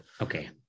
Okay